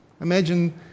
Imagine